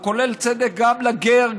הוא כולל צדק גם לגר,